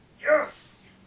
Yes